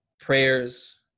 prayers